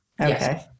Okay